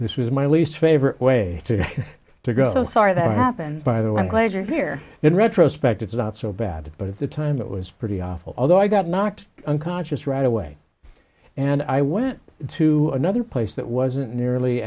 this was my least favorite way to go so sorry that happened by the way i'm glad you're here in retrospect it's not so bad but at the time it was pretty awful although i got knocked unconscious right away and i went to another place that wasn't nearly